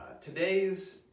Today's